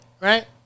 Right